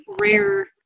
rare